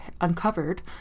uncovered